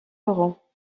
laurent